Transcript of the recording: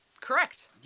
Correct